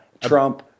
Trump-